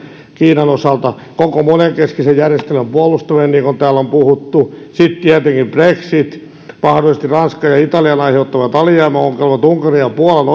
kiinan osalta koko monenkeskisen järjestelmän puolustaminen niin kuin täällä on puhuttu sitten tietenkin brexit mahdollisesti ranskan ja italian aiheuttamat alijäämäongelmat unkarin ja puolan